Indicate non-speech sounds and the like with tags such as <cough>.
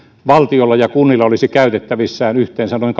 valtiolla ja kunnilla olisi käytettävissään yhteensä noin <unintelligible>